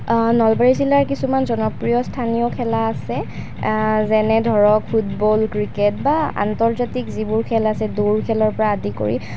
নলবাৰী জিলাৰ কিছুমান জনপ্ৰিয় স্থানীয় খেলা আছে যেনে ধৰক ফুটবল ক্ৰিকেট বা আন্তৰ্জাতিক যিবোৰ খেল আছে দৌৰ খেলৰ পৰা আদি কৰি